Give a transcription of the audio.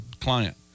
client